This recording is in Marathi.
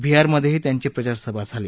बिहारमध्येही त्यांची प्रचारसभा झाली